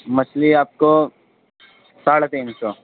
مچھلی آپ کو ساڑھے تین سو